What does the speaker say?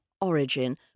origin